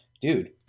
Dude